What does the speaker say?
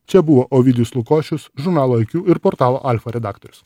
čia buvo ovidijus lukošius žurnalo aikjū ir portalo alfa redaktorius